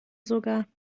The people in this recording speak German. sogar